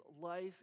life